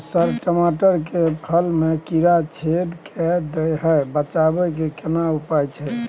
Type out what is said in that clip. Sir टमाटर के फल में कीरा छेद के दैय छैय बचाबै के केना उपाय छैय?